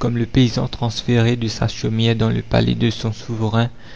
comme le paysan transféré de sa chaumière dans le palais de son souverain